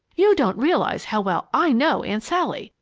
you don't realize how well i know aunt sally.